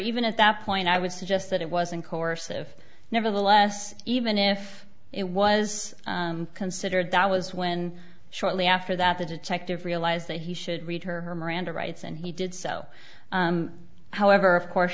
even at that point i would suggest that it wasn't coercive nevertheless even if it was considered that was when shortly after that the detective realized that he should read her miranda rights and he did so however of course